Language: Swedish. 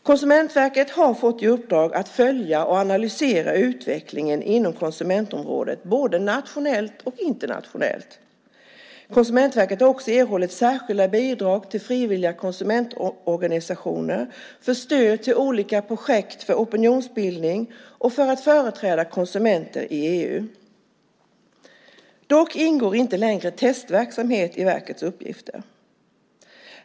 Konsumentverket har fått i uppdrag att följa och analysera utvecklingen inom konsumentområdet både nationellt och internationellt. Konsumentverket har också erhållit särskilda bidrag till frivilliga konsumentorganisationer och stöd till olika projekt, för opinionsbildning och för att företräda svenska konsumenter i EU. Dock ingår inte längre testverksamhet i verkets uppgifter.